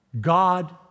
God